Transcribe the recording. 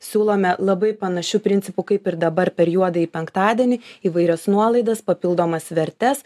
siūlome labai panašiu principu kaip ir dabar per juodąjį penktadienį įvairias nuolaidas papildomas vertes